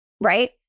right